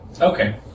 Okay